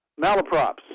malaprops